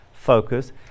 focus